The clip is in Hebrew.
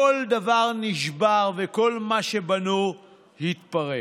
כל דבר נשבר וכל מה שבנו התפרק,